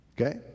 Okay